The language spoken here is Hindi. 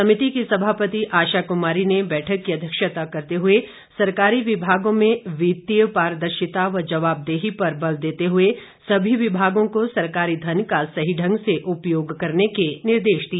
समिति की सभापति आशा कुमारी ने बैठक की अध्यक्षता करते हुए सरकारी विभागें में वित्तीय पारदर्शिता व जवाबदेही पर बल देते हए सभी विभागों को सरकारी धन का सही ढंग से उपयोग करने के निर्देश दिए